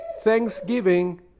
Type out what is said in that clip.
thanksgiving